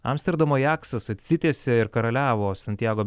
amsterdamo ajaksas atsitiesė ir karaliavo santjago